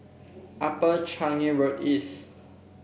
Upper Changi Road East